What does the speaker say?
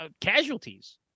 casualties